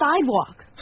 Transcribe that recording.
sidewalk